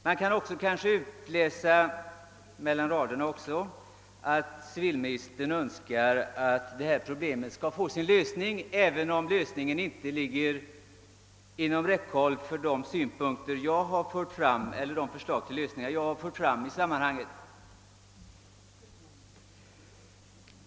Man kan kanske också utläsa mellan raderna att civilministern önskar att detta problem skall få sin lösning, även om lösningen inte står att finna i de förslag jag har fört fram i sammanhanget.